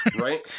Right